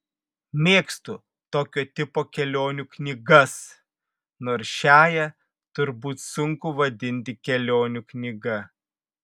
mėgstu tokio tipo kelionių knygas nors šiąją turbūt sunku vadinti kelionių knyga